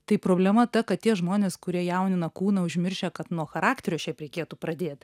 tai problema ta kad tie žmonės kurie jaunina kūną užmiršę kad nuo charakterio šiaip reikėtų pradėt